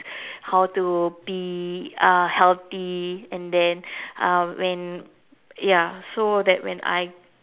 how to be uh healthy and then um when ya so that when I